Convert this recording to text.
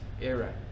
era